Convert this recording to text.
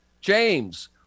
James